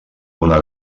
una